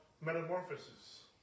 metamorphosis